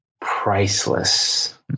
Priceless